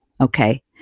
okay